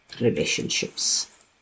relationships